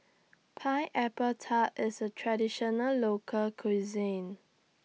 Pineapple Tart IS A Traditional Local Cuisine